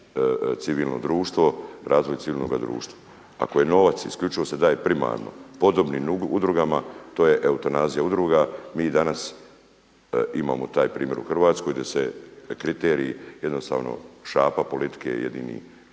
civilno društvo, razvoj civilnoga društva. Ako je novac, isključivo se daje primarno podobnim udrugama to je eutanazija udruga. Mi i danas imamo taj primjer u Hrvatskoj da se kriteriji jednostavno šapa politike je jedini